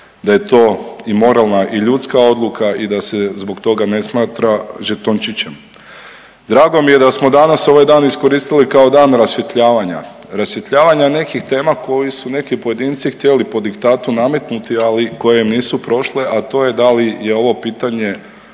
da je to i moralna i ljudska odluka i da se zbog toga ne smatra žetončićem. Drago mi je da smo danas ovaj dan iskoristili kao dan rasvjetljavanja. Rasvjetljavanja nekih tema koje su neki pojedinci htjeli po diktatu nametnuti, ali koje im nisu prošle, a to je da li je ovo pitanje